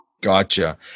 Gotcha